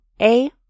A-